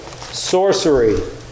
sorcery